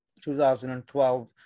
2012